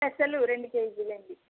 పెసలు రెండు కేజీలండి